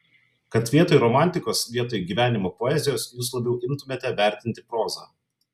kad vietoj romantikos vietoj gyvenimo poezijos jūs labiau imtumėte vertinti prozą